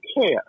care